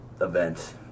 event